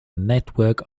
network